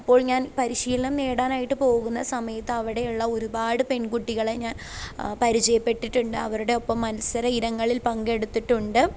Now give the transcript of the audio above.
അപ്പോൾ ഞാൻ പരിശീലനം നേടാനായിട്ട് പോകുന്ന സമയത്ത് അവിടെയുള്ള ഒരുപാട് പെൺകുട്ടികളെ ഞാൻ പരിചയപ്പെട്ടിട്ടുണ്ട് അവരുടെ ഒപ്പം മത്സര ഇനങ്ങളിൽ പങ്കെടുത്തിട്ടുണ്ട്